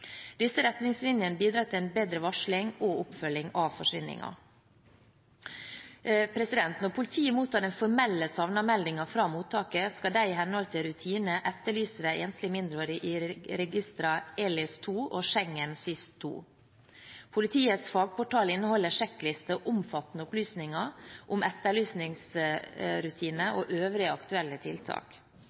Disse retningslinjene bidrar til en bedre varsling og oppfølging av forsvinningen. Når politiet mottar den formelle savnet-meldingen fra mottaket, skal de i henhold til rutinene etterlyse de mindreårige i registrene ELYS II og SIS II. Politiets fagportal inneholder sjekkliste og omfattende opplysninger om etterlysningsrutiner og øvrige aktuelle tiltak.